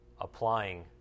applying